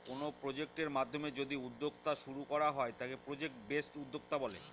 কোনো প্রজেক্টের মাধ্যমে যদি উদ্যোক্তা শুরু করা হয় তাকে প্রজেক্ট বেসড উদ্যোক্তা বলে